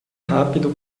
rápido